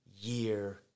year